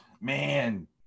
Man